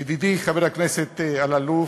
ידידי חבר הכנסת אלאלוף,